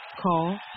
call